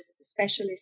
specialist